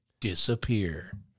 Disappear